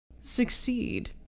succeed